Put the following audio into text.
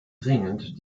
dringend